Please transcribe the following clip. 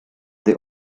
they